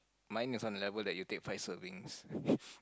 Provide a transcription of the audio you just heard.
mine is on the level that you take five servings